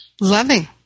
loving